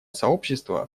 сообщество